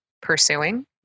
pursuing